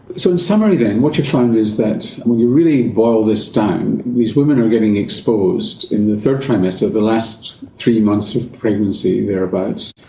so in summary then, what you've found is that, when you really boil this down, these women are getting exposed in the third trimester, the last three months of pregnancy, thereabouts,